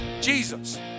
Jesus